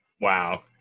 wow